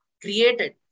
created